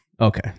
Okay